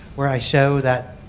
where i show that